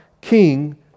King